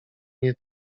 nie